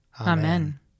Amen